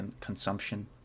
consumption